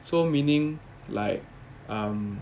so meaning like um